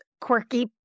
quirky